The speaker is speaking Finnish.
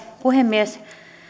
puhemies